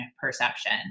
perception